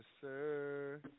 sir